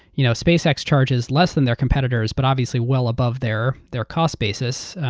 you know spacex charges less than their competitors but obviously well above their their cost basis.